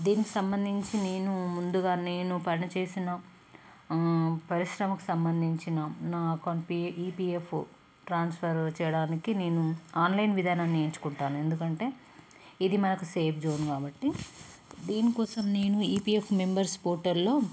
దీనికి సంబంధించి నేనూ ముందుగా నేను పని చేసిన పరిశ్రమకు సంబందించిన నా account P E P F transfer చేయడానికి నేను ఆన్లైన్ విధానాన్ని ఎంచుకుంటాను ఎందుకంటే ఇది మనకు సేఫ్ జోన్ కాబట్టి దీనికోసం నేను ఈ పీ ఎఫ్ మెంబర్స్ పోర్టల్లో